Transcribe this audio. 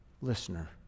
listener